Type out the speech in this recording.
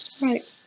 Right